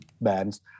bands